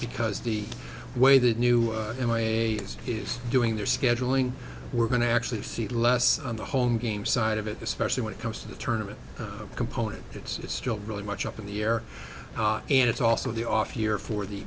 because the way that new m i a s is doing there scheduling we're going to actually see less on the home game side of it especially when it comes to the tournaments component it's still really much up in the air and it's also the off year for the